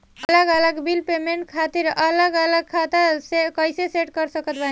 अलग अलग bill payment खातिर अलग अलग खाता कइसे सेट कर सकत बानी?